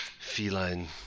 feline